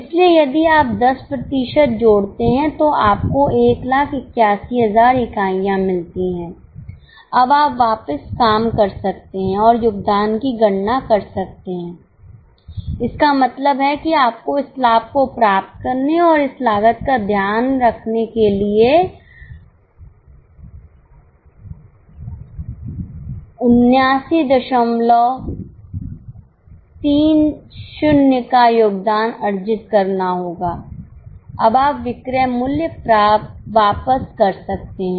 इसलिए यदि आप 10 प्रतिशत जोड़ते हैं तो आपको 121000 इकाइयाँ मिलती हैं अब आप वापस काम कर सकते हैं और योगदान की गणना कर सकते हैं इसका मतलब है कि आपको इस लाभ को प्राप्त करने और इस लागत का ध्यान रखने के लिए 7930 का योगदान अर्जित करना होगा अब आप विक्रय मूल्य वापस कर सकते हैं